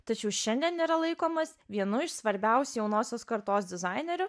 tačiau šiandien yra laikomas vienu iš svarbiausių jaunosios kartos dizainerių